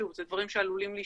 שוב, אלה דברים שעלולים להשתנות.